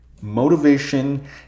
Motivation